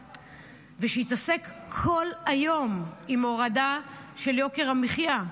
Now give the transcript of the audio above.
ושהתעסק כל היום עם הורדה של יוקר המחיה.